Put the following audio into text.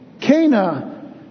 Cana